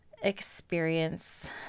experience